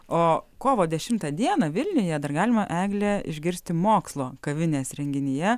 o kovo dešimtą dieną vilniuje dar galima eglę išgirsti mokslo kavinės renginyje